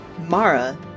Mara